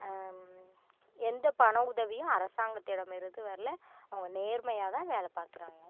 எந்த பண உதவியும் அரசாங்கத்திடம் இருந்து வரல அவங்க நேர்மையாக தான் வேலை பார்க்குறாங்க